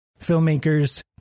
filmmakers